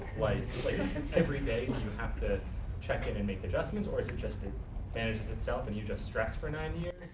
like every day you have to check in and make adjustments. or is it just it manages itself and you just stress for nine years?